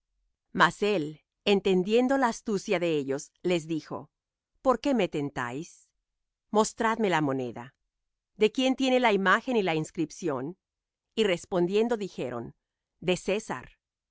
él entendiendo la astucia de ellos les dijo por qué me tentáis mostradme la moneda de quién tiene la imagen y la inscripción y respondiendo dijeron de césar